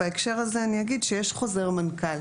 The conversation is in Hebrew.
בהקשר הזה אני אגיד שיש חוזר מנכ"ל,